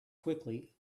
quickly